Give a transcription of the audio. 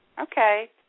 Okay